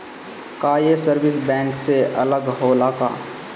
का ये service bank से अलग होला का?